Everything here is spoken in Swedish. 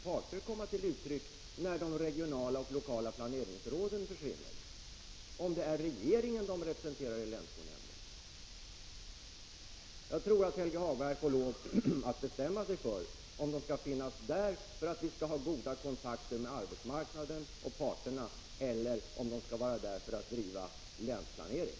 1985/86:48 uppfattningar när de regionala och lokala planeringsråden försvinner? 10 december 1985 Jag tror att Helge Hagberg får lov att bestämma sig för om dessa 0 GG n representanter skall finnas med för att vi skall ha goda kontakter med arbetsmarknaden och dess parter eller om de skall vara där för att bedriva statlig länsplanering.